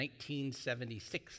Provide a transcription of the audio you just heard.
1976